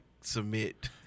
submit